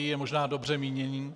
Je možná dobře míněný.